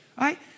Right